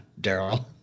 Daryl